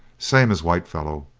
same as whitefellow.